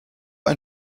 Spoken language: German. ein